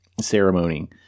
ceremony